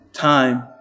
time